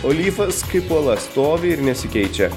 o lyfas kaip uola stovi ir nesikeičia